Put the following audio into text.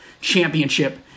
championship